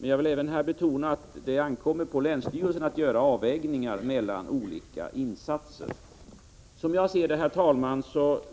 Men jag vill även här betona att det ankommer på länsstyrelserna att göra avvägningar mellan olika insatser. Som jag ser det, herr talman,